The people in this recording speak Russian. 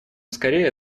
скорее